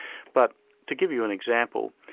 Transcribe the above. but to give you an example,